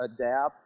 adapt